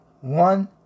one